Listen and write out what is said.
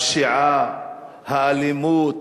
הפשיעה, האלימות,